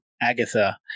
Agatha